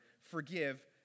forgive